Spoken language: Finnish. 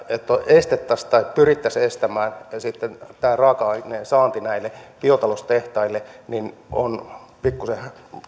estettäisiin tai pyrittäisiin estämään tämä raaka aineen saanti näille biotaloustehtaille ovat pikkuisen